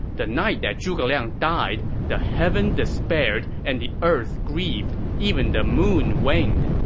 the night that zhuge liang died, the heaven despaired and the earth grieved. even the moon waned.